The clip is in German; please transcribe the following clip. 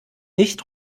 nicht